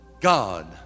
God